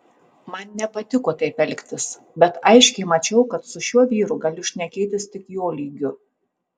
man nepatiko taip elgtis bet aiškiai mačiau kad su šiuo vyru galiu šnekėtis tik jo lygiu